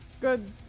Good